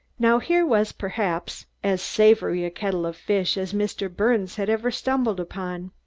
now here was, perhaps, as savory a kettle of fish as mr. birnes had ever stumbled upon.